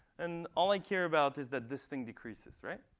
and all i care about is that this thing decreases.